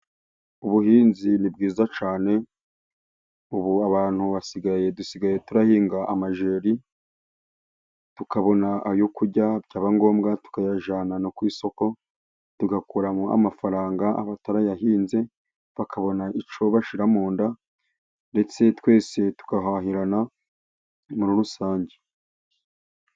Ubuhinzi ni bwiza cyane ubu abantu dusigaye duhinga amajeri, tukabona ayo kurya, byaba ngombwa tukayajyana no ku isoko tugakuramo amafaranga abatarayahinze bakabona icyo bashyira mu nda ndetse twese tugahahirana muri rusange.